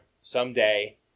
Someday